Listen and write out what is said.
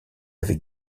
avec